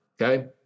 Okay